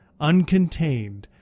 uncontained